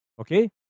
Okay